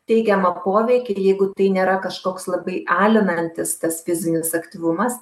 teigiamą poveikį ir jeigu tai nėra kažkoks labai alinantis tas fizinis aktyvumas